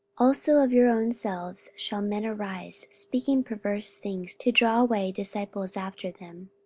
also of your own selves shall men arise, speaking perverse things, to draw away disciples after them.